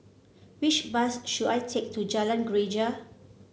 which bus should I take to Jalan Greja